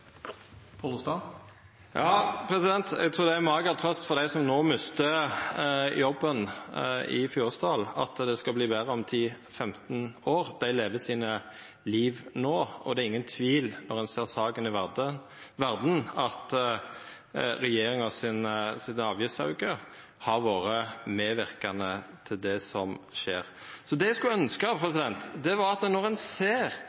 Eg trur det er ei mager trøyst for dei som nå mister jobben i Fyresdal, at det skal verta betre om 10–15 år. Dei lever sine liv nå, og det er ingen tvil når ein ser saka i Varden, at regjeringa si avgiftsauke har vore medverkande til det som skjer. Så eg skulle ønska, når ein